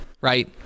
Right